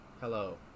Hello